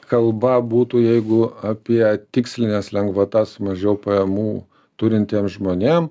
kalba būtų jeigu apie tikslines lengvatas mažiau pajamų turintiem žmonėm